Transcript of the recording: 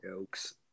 jokes